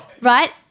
right